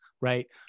right